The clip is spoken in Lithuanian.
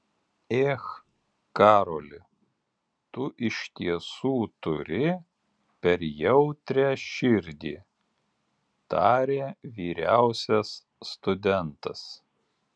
ech karoli tu iš tiesų turi per jautrią širdį tarė vyriausias studentas